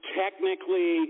technically